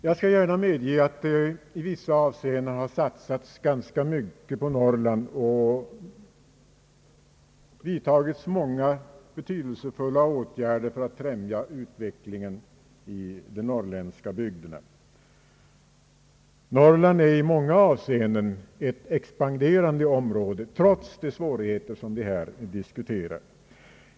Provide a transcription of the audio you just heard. Jag skall gärna medge att det i vissa avseenden har satsats ganska rimycket på Norrland och att det vidtagits många betydelsefulla åtgärder för att främja utvecklingen i de norrländska bygderna. Norrland är i många avseenden ett expanderande område, trots de svårigheter som vi nu diskuterar.